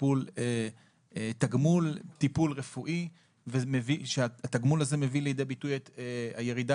תט"ר שזה תגמול טיפול רפואי והתגמול הזה מביא לידי ביטוי את הירידה